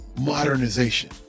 modernization